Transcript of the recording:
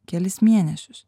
kelis mėnesius